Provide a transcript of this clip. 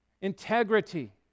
integrity